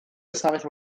ystafell